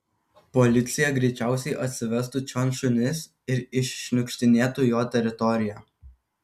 policija greičiausiai atsivestų čion šunis ir iššniukštinėtų jo teritoriją